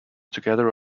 together